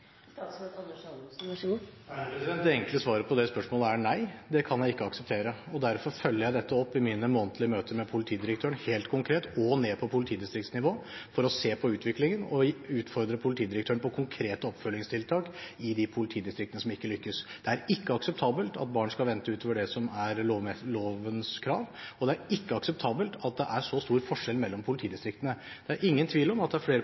Det enkle svaret på det spørsmålet er nei, det kan jeg ikke akseptere. Derfor følger jeg dette opp i mine månedlige møter med politidirektøren helt konkret og ned på politidistriktsnivå for å se på utviklingen og utfordre politidirektøren på konkrete oppfølgingstiltak i de politidistriktene som ikke lykkes. Det er ikke akseptabelt at barn skal vente utover det som er lovens krav, og det er ikke akseptabelt at det er så stor forskjell mellom politidistriktene. Det er ingen tvil om at det er